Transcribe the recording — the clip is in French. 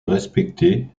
respectée